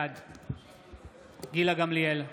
בעד גילה גמליאל,